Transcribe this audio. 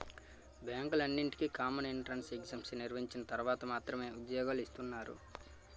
బ్యాంకులన్నింటికీ common entrance exam నిర్వహించిన తర్వాత మాత్రమే ఉద్యోగాలు ఇస్తున్నారు